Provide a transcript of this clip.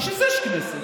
בשביל זה יש כנסת.